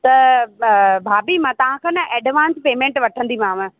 त ॿ भाभी मां तव्हांखा न एडवांस पेमेंट वठंदीमाव